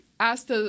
Asked